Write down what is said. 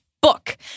book